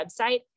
website